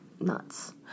nuts